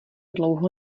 dlouho